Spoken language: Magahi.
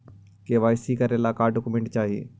के.वाई.सी करे ला का का डॉक्यूमेंट चाही?